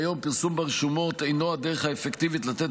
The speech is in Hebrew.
כיום פרסום ברשומות אינו הדרך האפקטיבית לתת